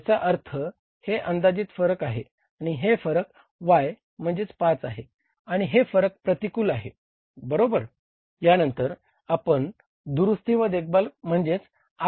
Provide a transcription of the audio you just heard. याबद्दल बोलूया